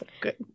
Good